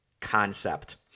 concept